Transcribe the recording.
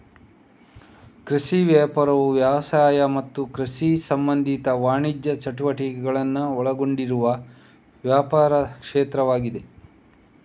ಕೃಷಿ ವ್ಯಾಪಾರವು ವ್ಯವಸಾಯ ಮತ್ತು ಕೃಷಿ ಸಂಬಂಧಿತ ವಾಣಿಜ್ಯ ಚಟುವಟಿಕೆಗಳನ್ನ ಒಳಗೊಂಡಿರುವ ವ್ಯಾಪಾರ ಕ್ಷೇತ್ರವಾಗಿದೆ